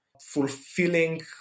fulfilling